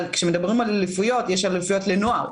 אבל יש אליפויות לנוער.